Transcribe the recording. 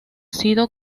sido